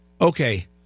Okay